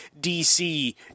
DC